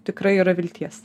tikrai yra vilties